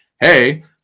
hey